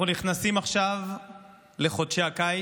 אנחנו נכנסים עכשיו לחודשי הקיץ.